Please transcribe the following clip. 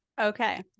Okay